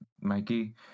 Mikey